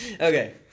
Okay